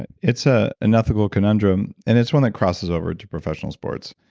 and it's ah an ethical conundrum and it's one that crosses over to professional sports.